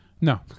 no